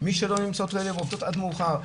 מי שלא נמצאות עובדות עד מאוחר.